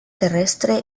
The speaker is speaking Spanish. terrestre